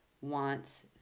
wants